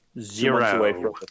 Zero